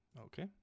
Okay